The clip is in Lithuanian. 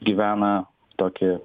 gyvena tokį